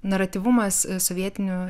naratyvumas sovietinių